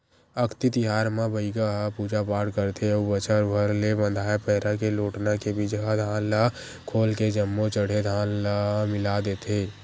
अक्ती तिहार म बइगा ह पूजा पाठ करथे अउ बछर भर ले बंधाए पैरा के लोटना के बिजहा धान ल खोल के जम्मो चड़हे धान म मिला देथे